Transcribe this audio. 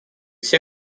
все